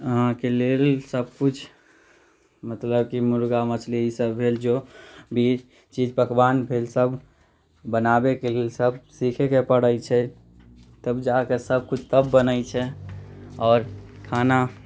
अहाँके लेल सभ किछु मतलब कि मुर्गा मछली ई सभ भेल जो भी चीज पकवान भेल सभ बनाबैके लेल सभ सीखैके पड़ैत छै तब जाकऽ सभ किछु तब बनैत छै आओर खाना